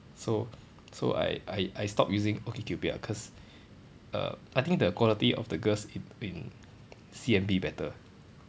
so so I I I stopped using okcupid ah cause err I think the quality of the girls in in C_M_B better